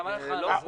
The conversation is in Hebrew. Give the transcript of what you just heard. חבל על הזמן.